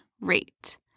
Rate